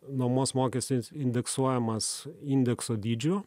nuomos mokestis indeksuojamas indekso dydžiu